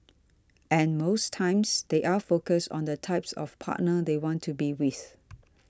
and most times they are focused on the type of partner they want to be with